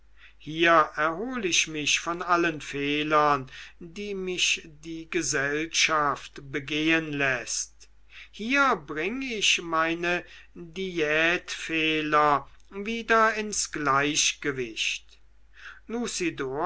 hier erhol ich mich von allen fehlern die mich die gesellschaft begehen läßt hier bring ich meine diätfehler wieder ins gleichgewicht